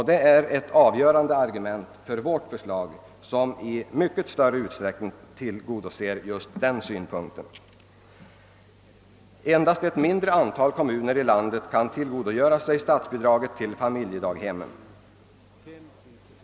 Detta är ett avgörande argument för vårt förslag, som i mycket större utsträckning tillgodoser önskemålen i dessa avseenden. Endast ett mindre antal kommuner i landet kan tillgodogöra sig statsbidrag till familjedaghemmen.